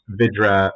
vidra